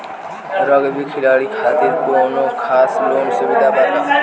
Rugby खिलाड़ी खातिर कौनो खास लोन सुविधा बा का?